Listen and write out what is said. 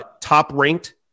top-ranked